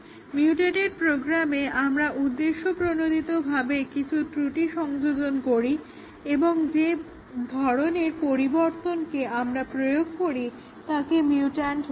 mutated প্রোগ্রামে আমরা উদ্দেশপ্রণোদিতভাবে কিছু ত্রুটি সংযোজন করি এবং যে ধরণের পরিবর্তনকে আমরা প্রয়োগ করি তাকে মিউট্যান্ট বলে